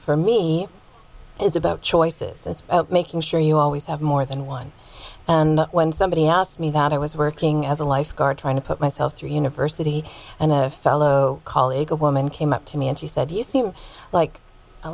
for me is about choices as making sure you always have more than one and when somebody asked me that i was working as a lifeguard trying to put myself through university and a fellow colleague of woman came up to me and she said you seem like a